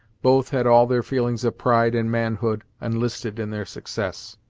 both had all their feelings of pride and manhood enlisted in their success.